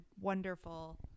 wonderful